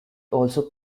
also